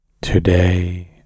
Today